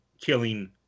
killing